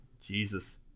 Jesus